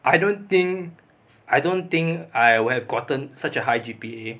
I don't think I don't think I'll have gotten such a high G_P_A